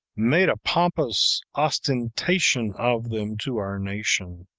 made a pompous ostentation of them to our nation,